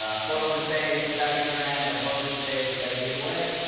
ah follow the page, tag a friend and follow this page to get a giveaway.